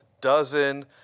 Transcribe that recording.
dozen